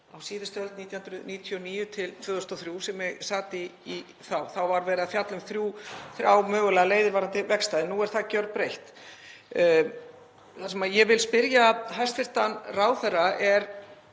á síðustu öld, 1999–2003, sem ég sat í þá. Þá var verið að fjalla um þrjár mögulegar leiðir varðandi vegstæði. Nú er það gjörbreytt. Það sem ég vil spyrja hæstv. ráðherra um